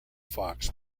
fox